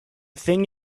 thing